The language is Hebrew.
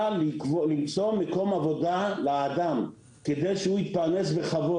למצוא מקום עבודה לאדם כדי שהוא יתפרנס בכבוד,